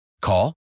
Call